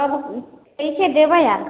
तब कइसे देबै आम